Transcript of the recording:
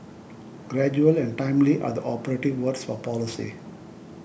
gradual and timely are the operative words for policy